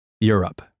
Europe